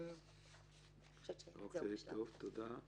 תודה.